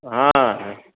हॅं